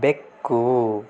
ಬೆಕ್ಕು